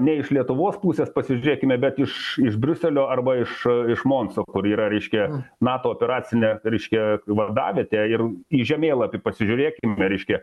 ne iš lietuvos pusės pasižiūrėkime bet iš iš briuselio arba iš iš monso kur yra reiškia nato operacinė reiškia vadavietė ir į žemėlapį pasižiūrėkim reiškia